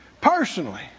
personally